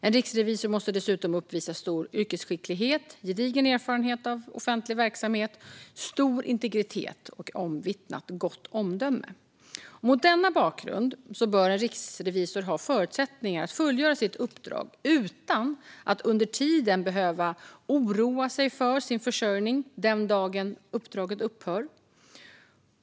En riksrevisor måste dessutom uppvisa stor yrkesskicklighet, gedigen erfarenhet av offentlig verksamhet, stor integritet och ett omvittnat gott omdöme. Mot denna bakgrund bör en riksrevisor ha förutsättningar att fullgöra sitt uppdrag utan att under tiden behöva oroa sig för sin försörjning den dag uppdraget upphör.